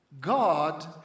God